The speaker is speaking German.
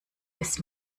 bis